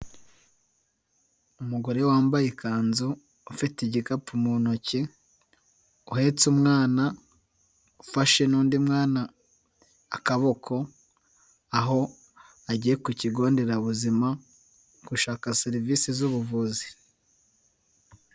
Umugore wambaye ikanzu ufite igikapu mu ntoki, uhetse umwana, ufashe n'undi mwana akaboko aho agiye ku kigo nderabuzima gushaka serivisi z'ubuvuzi.